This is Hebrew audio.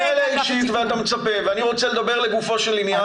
אבל אתה פונה אליה אישית ואתה מצפה ואני רוצה לדבר לגופו של עניין.